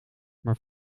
maar